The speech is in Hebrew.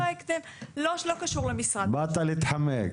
באת להתחמק.